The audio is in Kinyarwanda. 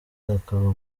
akaba